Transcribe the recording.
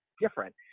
different